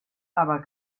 aber